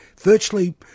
virtually